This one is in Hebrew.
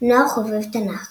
נוער חובב תנ"ך